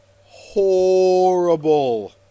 horrible